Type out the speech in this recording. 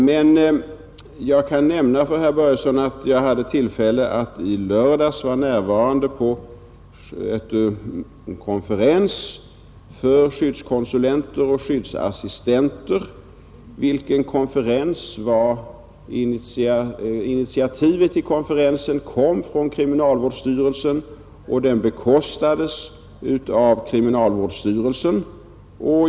Men jag kan nämna för herr Börjesson att jag i lördags hade tillfälle att närvara vid en konferens för skyddskonsulenter och skyddsassistenter. Kriminalvårdsstyrelsen hade tagit initiativet till och bekostat konferensen.